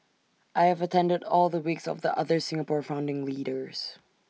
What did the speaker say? I have attended all the wakes of the other Singapore founding leaders